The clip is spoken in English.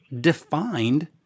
defined